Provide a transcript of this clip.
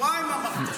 שבועיים אמרת לי.